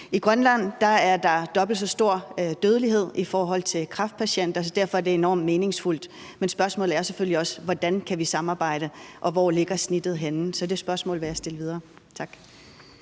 I Grønland er der dobbelt så stor dødelighed i forhold til kræftpatienter, og derfor er det enormt meningsfuldt at tale om, men spørgsmålet er selvfølgelig også: Hvordan kan vi samarbejde? Og hvor skal man lægge snittet? Så de spørgsmål vil jeg stille. Tak.